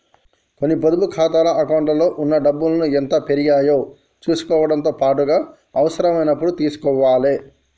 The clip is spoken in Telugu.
కొన్ని పొదుపు ఖాతాల అకౌంట్లలో ఉన్న డబ్బుల్ని ఎంత పెరిగాయో చుసుకోవడంతో పాటుగా అవసరమైనప్పుడు తీసుకోవాలే